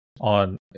on